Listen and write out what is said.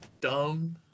dumb